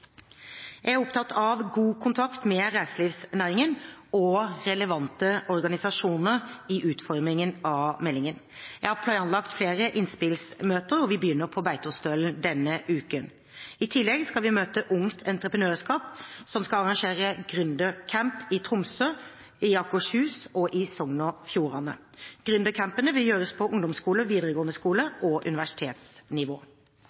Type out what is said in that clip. Jeg er opptatt av å ha god kontakt med reiselivsnæringen og relevante organisasjoner i utformingen av meldingen. Jeg har planlagt flere innspillsmøter – vi begynner på Beitostølen denne uken. I tillegg skal vi møte Ungt Entreprenørskap, som skal arrangere gründercamper i Troms, Akershus og Sogn og Fjordane. Gründercampene vil foregå på ungdomsskole-, videregående skole- og universitetsnivå.